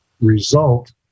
result